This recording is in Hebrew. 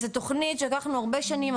זו תוכנית שלקח לנו הרבה שנים,